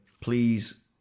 please